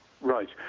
Right